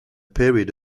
period